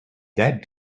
that